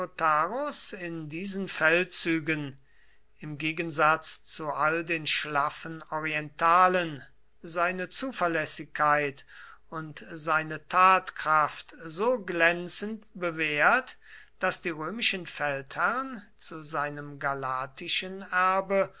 in diesen feldzügen im gegensatz zu all den schlaffen orientalen seine zuverlässigkeit und seine tatkraft so glänzend bewährt daß die römischen feldherren zu seinem galatischen erbe